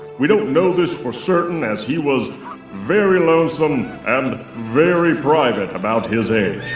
we don't know this for certain, as he was very lonesome and very private about his age.